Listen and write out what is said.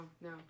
no